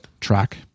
track